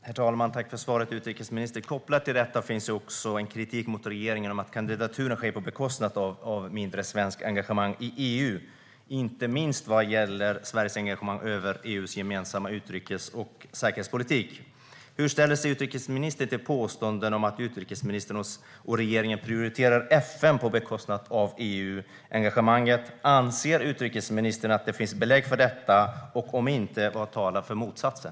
Herr talman! Jag tackar utrikesministern för svaret. Kopplat till detta finns också en kritik mot regeringen om att kandidaturen sker till priset av ett mindre svenskt engagemang i EU, inte minst vad gäller Sveriges engagemang i EU:s gemensamma utrikes och säkerhetspolitik. Hur ställer sig utrikesministern till påståenden om att utrikesministern och regeringen prioriterar FN på bekostnad av EU-engagemanget? Anser utrikesministern att det finns belägg för detta? Om inte, vad talar för motsatsen?